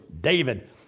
David